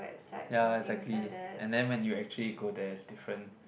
ya exactly and then when you actually go there is different